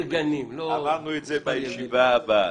אמרנו את זה, בישיבה הבאה.